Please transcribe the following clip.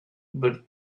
but